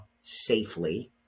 safely